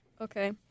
Okay